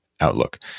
outlook